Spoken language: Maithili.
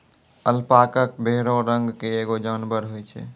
अलपाका भेड़ो रंग के एगो जानबर होय छै